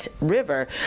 River